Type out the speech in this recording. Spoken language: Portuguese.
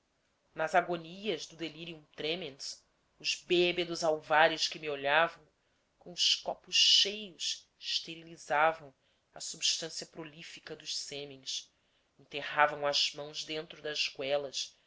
nas agonias do delirium tremens os bêbedos alvares que me olhavam com os copos cheios esterilizavam a substância prolífica dos sêmens enterravam as mãos dentro das goelas